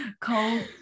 cold